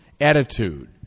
attitude